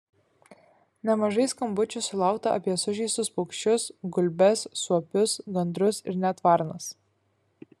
nemažai skambučių sulaukta apie sužeistus paukščius gulbes suopius gandrus ir net varnas